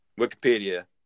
Wikipedia